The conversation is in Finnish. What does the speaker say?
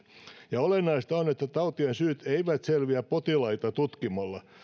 ja olennaista on että tautien syyt eivät selviä potilaita tutkimalla